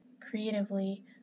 creatively